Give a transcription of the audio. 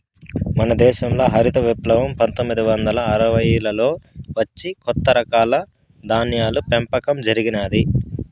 మన దేశంల హరిత విప్లవం పందొమ్మిది వందల అరవైలలో వచ్చి కొత్త రకాల ధాన్యాల పెంపకం జరిగినాది